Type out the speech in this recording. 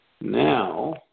Now